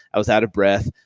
i was out of breath.